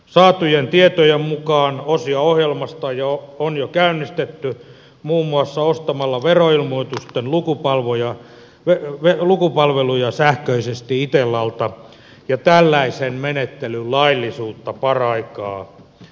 saatujen tietojen mukaan osia ohjelmasta on jo käynnistetty muun muassa ostamalla veroilmoitusten lukupalveluja sähköisesti itellalta ja tällaisen menettelyn laillisuutta paraikaa tutkitaan